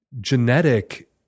genetic